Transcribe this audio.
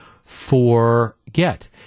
forget